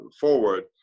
forward